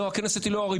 לא, הכנסת היא לא הריבון.